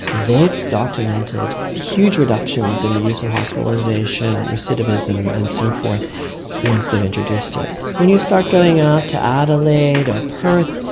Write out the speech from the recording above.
they have documented huge reductions in the use of hospitalisation, recidivism and so forth once introduced it. when you start going out to adelaide or perth,